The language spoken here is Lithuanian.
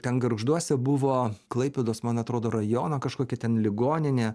ten gargžduose buvo klaipėdos man atrodo rajono kažkokia ten ligoninė